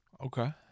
Okay